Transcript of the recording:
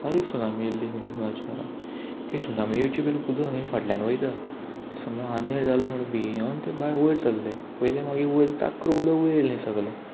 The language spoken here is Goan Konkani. बारीक सुनामी येयल्ली खंय चारांक ती सुनामी येवची पयली उदक खंय फाटल्यान वयता ते समजा आग्नेर जाल्ली म्हूण बियोन येवन ते बाय वयर सरले पयले मागीर वयर चाक्क करून उदक वयर येयल्लें सगलें